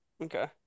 Okay